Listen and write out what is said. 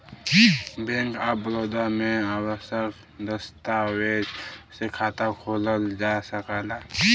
bank of Baroda में आवश्यक दस्तावेज से खाता खोलल जा सकला